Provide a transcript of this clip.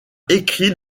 écrit